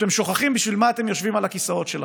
שאתם שוכחים בשביל מה אתם יושבים על הכיסאות שלכם.